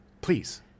please